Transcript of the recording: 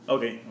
Okay